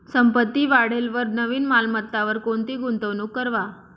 संपत्ती वाढेलवर नवीन मालमत्तावर कोणती गुंतवणूक करवा